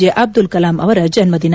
J Abdul Kalam ಅವರ ಜನ್ನ ದಿನ